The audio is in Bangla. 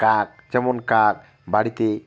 কাক যেমন কাক বাড়িতে